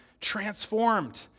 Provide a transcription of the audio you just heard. Transformed